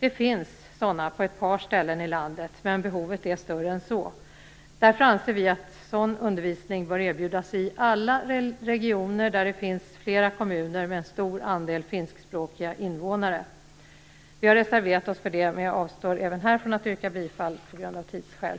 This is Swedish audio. Det finns sådana på ett par ställen i landet, men behovet är större än så. Därför anser vi att sådan undervisning bör erbjudas i alla regioner där det finns flera kommuner med en stor andel finskspråkiga invånare. Vi har reserverat oss för det, men jag avstår även här på grund av tidsskäl från att yrka bifall.